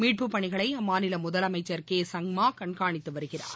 மீட்புப் பணிகளை அம்மாநில முதலமைச்சர் கே சங்மா கண்காணித்து வருகிறார்